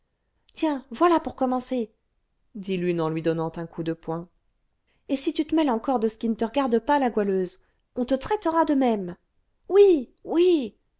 tiens voilà pour commencer dit l'une en lui donnant un coup de poing et si tu te mêles encore de ce qui ne te regarde pas la goualeuse on te traitera de même oui oui